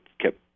kept